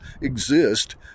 exist